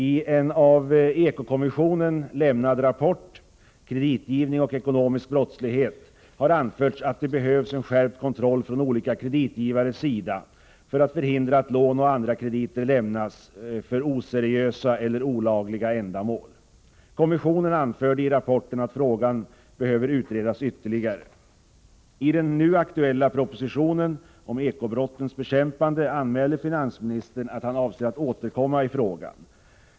I en av eko-kommissionen lämnad rapport, Kreditgivning och ekonomisk brottslighet, har anförts att det behövs en skärpt kontroll från olika kreditgivares sida för att förhindra att lån och andra krediter lämnas för oseriösa eller olagliga ändamål. Kommissionen anförde i rapporten att frågan behövde utredas ytterligare. I den aktuella propositionen om eko-brottens bekämpande anmäler finansministern att han avser att återkomma i frågan.